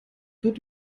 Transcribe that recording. wird